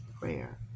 prayer